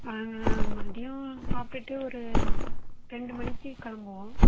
நாங்கள் மதியம் சாப்பிடுட்டு ஒரு ரெண்டு மணிக்கு கிளம்புவோம்